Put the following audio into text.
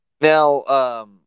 Now